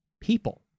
people